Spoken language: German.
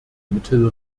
mittel